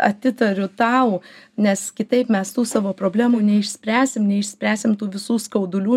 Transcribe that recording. atitariu tau nes kitaip mes tų savo problemų neišspręsim neišspręsim tų visų skaudulių